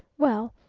well,